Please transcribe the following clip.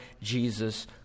jesus